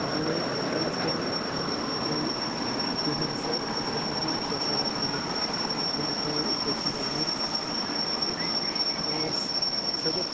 ووت اینٛڈَس پٮ۪ٹھ تہٕ چون پیمٮ۪نٛٹ ہَسا گوٚو سَکسَسفُل سُہ ہسا واتہِ وِدِن ٹۄنٹی فور ؤرکِنٛگ اَوٲرٕس تہٕ پانٛژھ شےٚ دۄہ